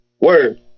word